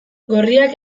gorriak